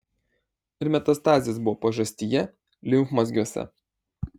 ir metastazės buvo pažastyje limfmazgiuose